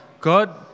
God